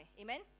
Amen